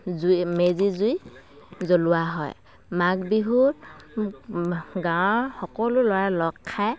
জুই মেজি জুই জ্বলোৱা হয় মাঘ বিহুত গাঁৱৰ সকলো ল'ৰা লগ খায়